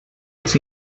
els